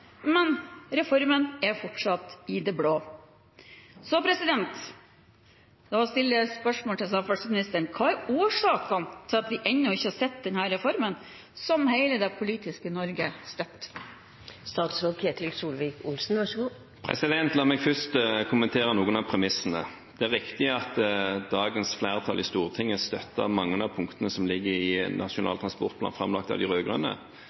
men reformen er fortsatt i det blå. Da stiller jeg spørsmålet til samferdselsministeren: Hva er årsakene til at vi ennå ikke har sett denne reformen, som hele det politiske Norge støtter? La meg først kommentere noen av premissene. Det er riktig at dagens flertall i Stortinget støttet mange av punktene som ligger i Nasjonal transportplan framlagt av de